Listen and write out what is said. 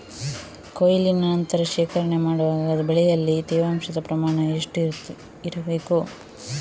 ಕೊಯ್ಲಿನ ನಂತರ ಶೇಖರಣೆ ಮಾಡುವಾಗ ಬೆಳೆಯಲ್ಲಿ ತೇವಾಂಶದ ಪ್ರಮಾಣ ಎಷ್ಟು ಇರಬೇಕು?